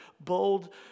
bold